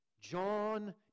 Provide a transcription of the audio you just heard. John